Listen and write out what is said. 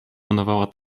panowała